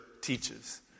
teaches